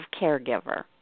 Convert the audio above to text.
caregiver